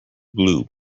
glue